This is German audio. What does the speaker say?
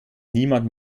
niemand